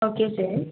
okay sir